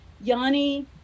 Yanni